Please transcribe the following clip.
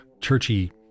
churchy